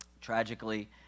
Tragically